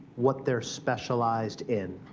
what they're specialized in,